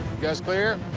guys clear?